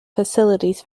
facilities